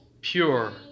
pure